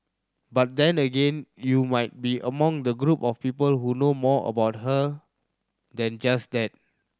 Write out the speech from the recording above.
but then again you might be among the group of people who know more about her than just that